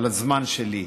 על הזמן שלי,